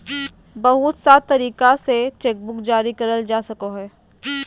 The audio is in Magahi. बहुत सा तरीका से चेकबुक जारी करल जा सको हय